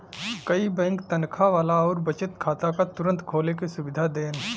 कई बैंक तनखा वाला आउर बचत खाता क तुरंत खोले क सुविधा देन